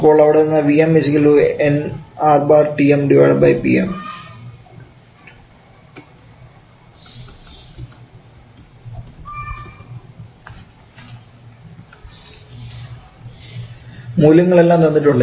അപ്പോൾ അവിടെ നിന്ന് മൂല്യങ്ങൾ എല്ലാം തന്നിട്ടുണ്ട്